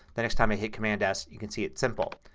the next time i hit command s you can see it's simple.